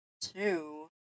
Two